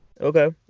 Okay